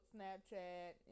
Snapchat